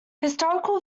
historical